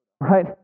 Right